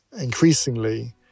increasingly